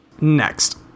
Next